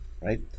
right